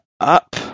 up